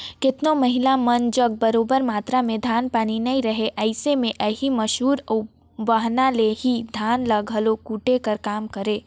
केतनो महिला मन जग बगरा मातरा में धान पान नी रहें अइसे में एही मूसर अउ बहना ले ही धान ल घलो कूटे कर काम करें